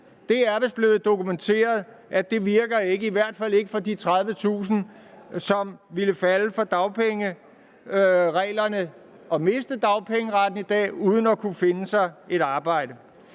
Det er vist blevet dokumenteret, at det ikke virker, i hvert fald ikke for de 30.000, som ville falde for dagpengereglerne og miste dagpengeretten i dag uden at kunne finde sig et arbejde.